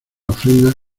ofrendas